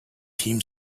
team